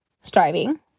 striving